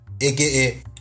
aka